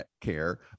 care